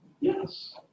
Yes